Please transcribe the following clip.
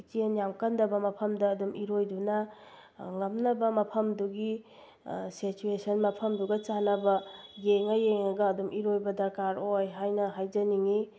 ꯏꯆꯦꯜ ꯌꯥꯝꯅ ꯀꯟꯗꯕ ꯃꯐꯝꯗ ꯑꯗꯨꯝ ꯏꯔꯣꯏꯗꯨꯅ ꯉꯝꯅꯕ ꯃꯐꯝꯗꯨꯒꯤ ꯁꯦꯆꯨꯋꯦꯁꯟ ꯃꯐꯝꯗꯨꯒ ꯆꯥꯟꯅꯕ ꯌꯦꯡꯉ ꯌꯦꯡꯉꯒ ꯑꯗꯨꯝ ꯏꯔꯣꯏꯕ ꯗꯔꯀꯥꯔ ꯑꯣꯏ ꯍꯥꯏꯅ ꯍꯥꯏꯖꯅꯤꯡꯉꯤ